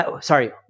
sorry